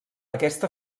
aquesta